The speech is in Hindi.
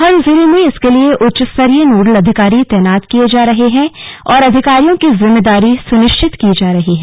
हर जिले में इसके लिए उच्च स्तरीय नोडल अधिकारी तैनात किए जा रहे हैं और अधिकारियों की जिम्मेदारी सुनिश्चित की जा रही है